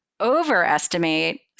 overestimate